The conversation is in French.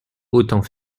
autant